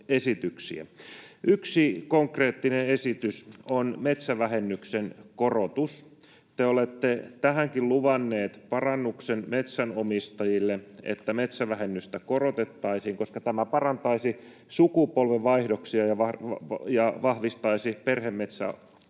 Yksi konkreettinen esitys on metsävähennyksen korotus. Te olette tähänkin luvanneet parannuksen metsänomistajille, että metsävähennystä korotettaisiin, koska tämä parantaisi sukupolvenvaihdoksia ja vahvistaisi perhemetsätaloutta